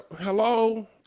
hello